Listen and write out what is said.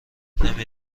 نمی